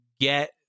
get